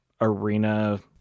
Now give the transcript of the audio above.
arena